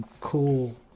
cool